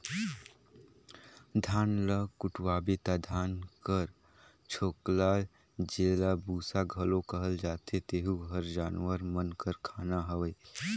धान ल कुटवाबे ता धान कर छोकला जेला बूसा घलो कहल जाथे तेहू हर जानवर मन कर खाना हवे